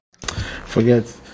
forget